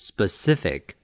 Specific